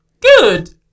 good